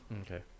Okay